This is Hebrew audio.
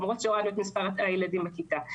למרות הורדת מספר התלמידים בכיתה.